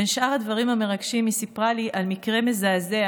בין שאר הדברים המרגשים היא סיפרה לי על מקרה מזעזע